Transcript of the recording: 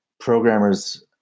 programmers